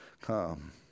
come